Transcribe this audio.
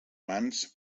mans